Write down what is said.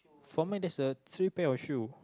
for me there is a three pair of shoe